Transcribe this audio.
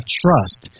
trust